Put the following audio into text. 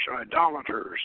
idolaters